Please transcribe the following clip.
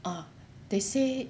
ah they say